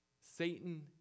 Satan